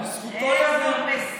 אוה, יפה.